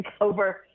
over